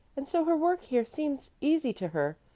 and so her work here seems easy to her.